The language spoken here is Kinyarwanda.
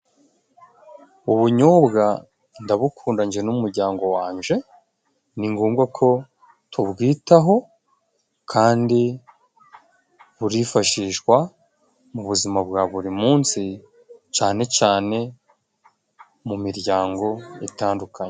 Ubunyobwa ndabukunda njye n'umuryango wanjye, ni ngombwa ko tubwitaho kandi burifashishwa mu buzima bwa buri munsi, cyane cyane mu miryango itandukanye.